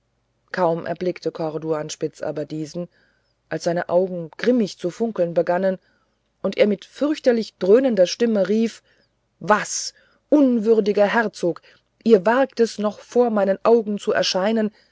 kaum erblickte corduanspitz aber diesen als seine augen grimmig zu funkeln begannen und er mit fürchterlich dröhnender stimme rief was unwürdiger herzog ihr wagt es noch vor meinen augen zu erscheinen